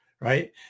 right